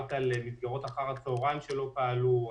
בין אם זה מסגרות אחר הצהריים שלא פעלו,